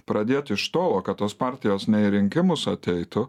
pradėt iš tolo kad tos partijos rinkimus ateitų